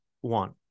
one